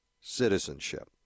citizenship